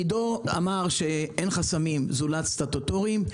עידו אמר שאין חסמים זולת סטטוטוריים.